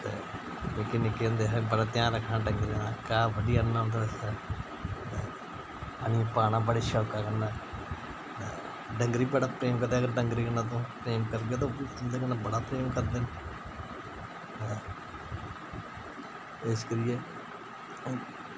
ते निक्के निक्के होंदे असें बड़ा ध्यान रक्खना डंगरें दा घाह् बड्डी आहनना उं'दे बास्तै आहनियै पाना बड़े शौंका कन्नै डंगर बी बड़ा प्रेम करदे न अगर तुस डंगरें कन्नै करगे ते ओह् बी तुं'दे कन्नै बड़ा प्रेम करदे न ते इस करियै